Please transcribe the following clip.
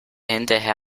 hinterher